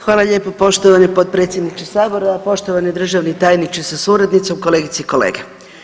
Hvala lijepo poštovani potpredsjedniče sabora, poštovani državni tajniče sa suradnicom, kolegice i kolege.